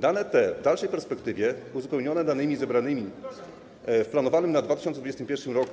Dane te w dalszej perspektywie uzupełnione danymi zebranymi w planowanym na 2021 r.